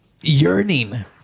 yearning